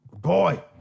Boy